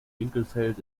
winkelfeld